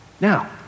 Now